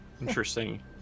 Interesting